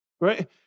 Right